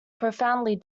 profoundly